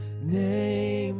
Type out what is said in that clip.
name